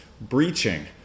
breaching